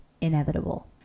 inevitable